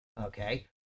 Okay